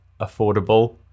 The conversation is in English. affordable